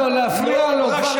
נא לא להפריע לו.